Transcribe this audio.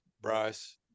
Bryce